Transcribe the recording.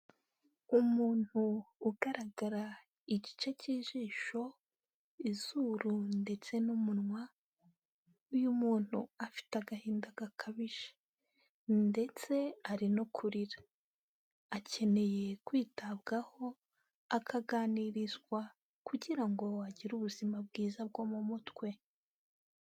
Umuntu ugaragara igice cy'ijisho, izuru ndetse n'umunwa, uyu muntu afite agahinda gakabije ndetse ari no kurira akeneye kwitabwaho akaganirizwa kugirango agire ubuzima bwiza bwo mu mutwe.